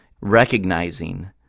recognizing